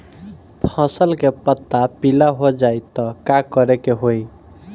फसल के पत्ता पीला हो जाई त का करेके होई?